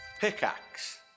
Pickaxe